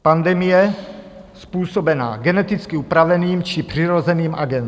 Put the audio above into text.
Pandemie způsobená geneticky upraveným či přirozeným agens.